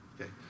okay